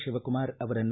ಶಿವಕುಮಾರ್ ಅವರನ್ನು